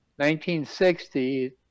1960